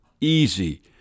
easy